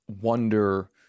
wonder